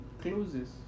closes